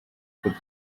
could